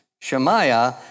Shemaiah